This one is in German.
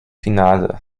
finale